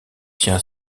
tient